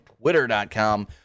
Twitter.com